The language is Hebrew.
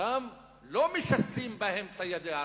שם לא משסים בהם ציידי ערבים,